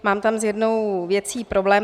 Mám tam s jednou věcí problém.